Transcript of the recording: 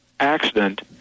Accident